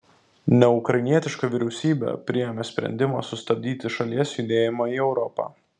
neukrainietiška vyriausybė priėmė sprendimą sustabdyti šalies judėjimą į europą